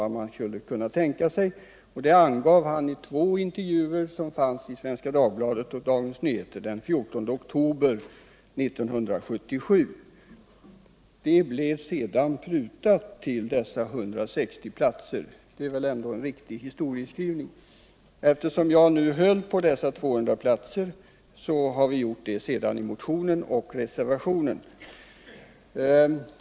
Det angav han i två intervjuer i Svenska Dagbladet och Dagens Nyheter den 14 oktober 1977. Antalet prutades sedan till dessa 160 platser. Det är väl ändå en riktig historieskrivning? Eftersom jag nu höll på 200 platser, har vi gjort det också i motionen och i reservationen.